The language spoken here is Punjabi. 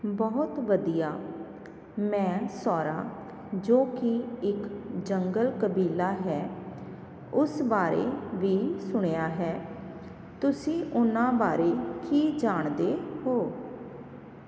ਬਹੁਤ ਵਧੀਆ ਮੈਂ ਸੌਰਾ ਜੋ ਕੀ ਇੱਕ ਜੰਗਲ ਕਬੀਲਾ ਹੈ ਉਸ ਬਾਰੇ ਵੀ ਸੁਣਿਆ ਹੈ ਤੁਸੀਂ ਉਨ੍ਹਾਂ ਬਾਰੇ ਕੀ ਜਾਣਦੇ ਹੋ